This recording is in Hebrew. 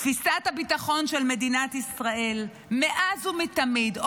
תפיסת הביטחון של מדינת ישראל מאז ומתמיד,